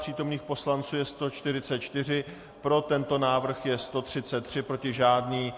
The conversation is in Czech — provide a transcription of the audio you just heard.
Přítomných poslanců je 144, pro tento návrh je 133, proti žádný.